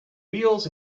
wheels